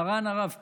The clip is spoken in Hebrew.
מרן הרב קוק,